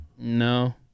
No